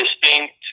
distinct